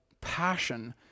passion